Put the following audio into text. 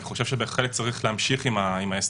אני חושב שבהחלט צריך להמשיך עם ההסדר